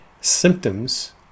symptoms